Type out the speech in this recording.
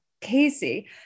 Casey